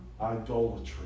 Idolatry